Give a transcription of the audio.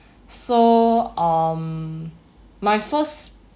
so um my first